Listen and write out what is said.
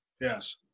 yes